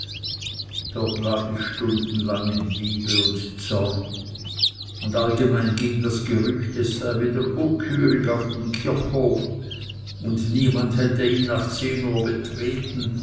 dort lag ich stunden lang in liebe und zorn und allgemein ging das gerücht es sei wieder unghürig auf dem kirchhof und niemand hätte ihn nach zehn uhr betreten